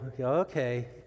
okay